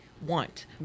Want